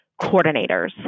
coordinators